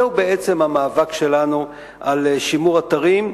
זהו בעצם המאבק שלנו על שימור אתרים.